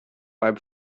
beim